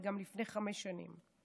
וגם לפני חמש שנים.